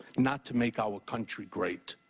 not to make our country great.